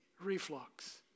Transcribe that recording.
reflux